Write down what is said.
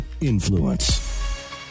Influence